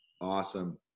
Awesome